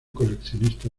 coleccionista